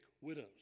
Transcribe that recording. widows